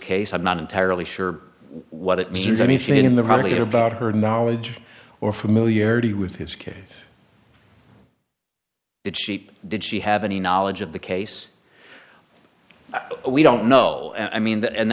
case i'm not entirely sure what it means i mean she did in the probably about her knowledge or familiarity with his case did sheep did she have any knowledge of the case we don't know i mean that and